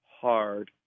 hard